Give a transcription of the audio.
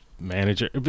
manager